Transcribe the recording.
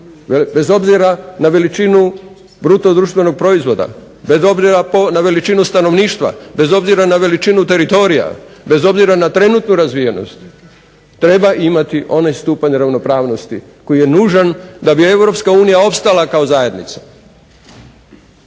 bez obzira na veličinu bruto društvenog proizvoda, bez obzira na veličinu stanovništva, bez obzira na veličinu teritorija, bez obzira na trenutnu razvijenost treba imati onaj stupanj ravnopravnosti koji je nužan da bi Europska unija opstala kao zajednica.